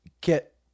get